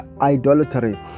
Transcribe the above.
idolatry